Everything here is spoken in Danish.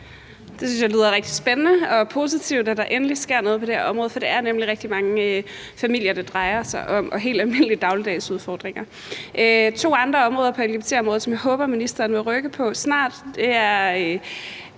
det lyder rigtig spændende og positivt, at der endelig sker noget på det her område, for det er nemlig rigtig mange familier, det drejer sig om, og helt almindelige dagligdags udfordringer. To andre områder på lgbt-området, som jeg håber ministeren vil rykke på snart, er